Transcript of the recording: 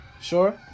Sure